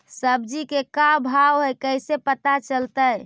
सब्जी के का भाव है कैसे पता चलतै?